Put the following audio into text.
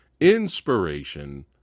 Inspiration